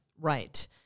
Right